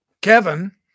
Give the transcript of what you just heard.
Kevin